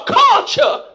culture